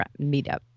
meetup